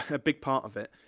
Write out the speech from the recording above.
a big part of it.